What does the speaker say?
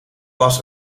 was